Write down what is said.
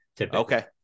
Okay